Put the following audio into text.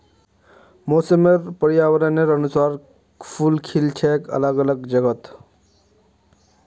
मौसम र पर्यावरनेर अनुसार फूल खिल छेक अलग अलग जगहत